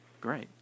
Great